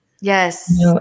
Yes